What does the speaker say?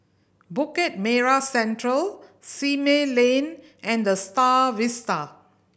Bukit Merah Central Simei Lane and The Star Vista